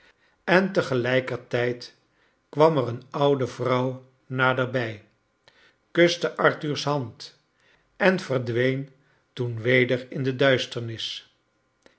en tegelijkertijd kwam er een oude vrouw naderbjj kuste arthur's band en verdween toen weder in de duisternis